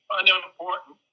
unimportant